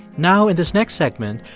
now in this next segment,